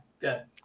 good